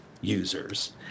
users